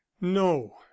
no